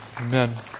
Amen